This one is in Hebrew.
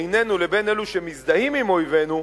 או בינינו לבין אלו שמזדהים עם אויבינו,